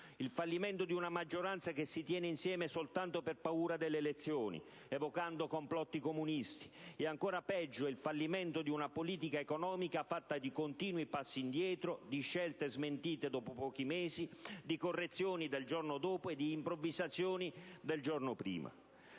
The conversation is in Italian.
Il fallimento di una maggioranza che si tiene insieme soltanto per paura delle elezioni, evocando complotti comunisti e, ancora peggio, il fallimento di una politica economica fatta di continui passi indietro, di scelte smentite dopo pochi mesi, di correzioni del giorno dopo e di improvvisazioni del giorno prima.